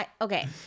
Okay